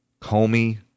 Comey